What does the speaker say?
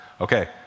Okay